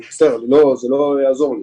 מצטער, זה לא יעזור לי.